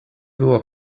było